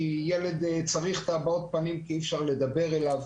כי ילד צריך לראות את הבעות הפנים כדי שאפשר יהיה לדבר אליו.